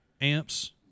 amps